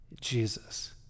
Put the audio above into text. Jesus